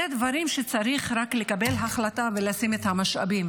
אלה דברים שצריך רק לקבל החלטה ולשים את המשאבים.